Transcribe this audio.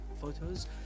photos